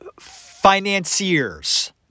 financiers